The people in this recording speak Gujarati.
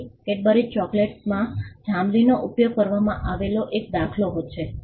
તેથી કેડબરી ચોકલેટમાં જાંબલીનો ઉપયોગ આવો એક દાખલો છે